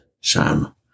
Sam